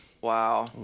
wow